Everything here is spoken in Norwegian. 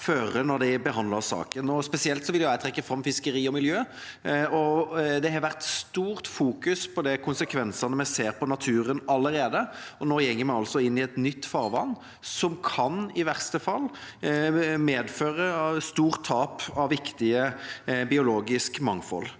da den behandlet saken. Spesielt vil jeg trekke fram fiskeri og miljø. Det har vært fokusert mye på de konsekvensene vi ser på naturen allerede, og nå går vi altså inn i et nytt farvann, som i verste fall kan medføre stort tap av viktig biologisk mangfold.